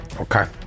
Okay